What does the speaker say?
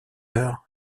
heure